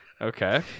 Okay